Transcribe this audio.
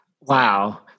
Wow